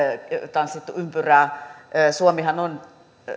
tanssittu ympyrää suomihan on